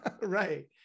Right